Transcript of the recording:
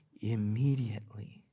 immediately